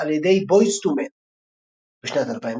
על ידי Boyz II Men. בשנת 2017,